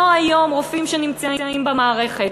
לא היום רופאים שנמצאים במערכת,